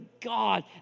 God